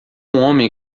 homem